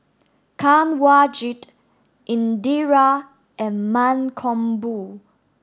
Kanwaljit Indira and Mankombu